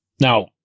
Now